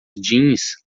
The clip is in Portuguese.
jeans